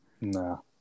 No